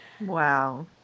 Wow